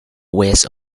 west